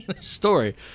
story